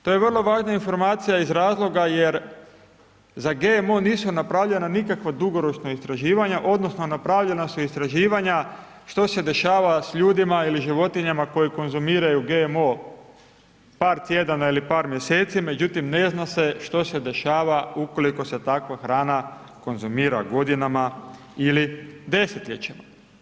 To je vrlo važna informacija iz razloga jer za GMO, nisu napravljena, nikakva dugoročna istraživanja, odnosno, napravljena su istraživanja što se dešava s ljudima ili životinjama koje konzumiraju GMO par tjedana ili par mjeseci, međutim, ne zna se što se dešava, ukoliko se takva hrana konzumira godinama ili desetljećima.